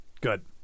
Good